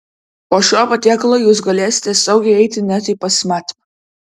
po šio patiekalo jūs galėsite saugiai eiti net į pasimatymą